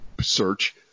search